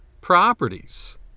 properties